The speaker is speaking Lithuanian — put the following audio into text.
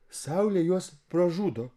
saulė juos pražudo